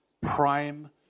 prime